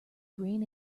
green